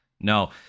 No